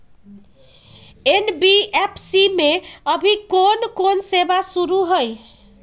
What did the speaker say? NBFC में अभी कोन कोन सेवा शुरु हई?